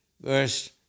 verse